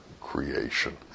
creation